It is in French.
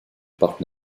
parc